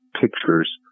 pictures